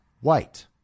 white